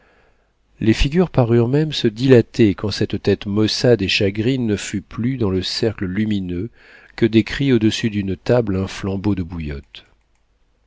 les figures parurent même se dilater quand cette tête maussade et chagrine ne fut plus dans le cercle lumineux que décrit au-dessus d'une table un flambeau de bouillotte